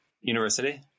university